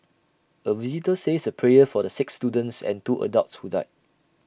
A visitor says A prayer for the six students and two adults who died